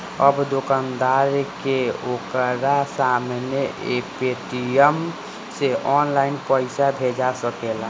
अब दोकानदार के ओकरा सामने पेटीएम से ऑनलाइन पइसा भेजा सकेला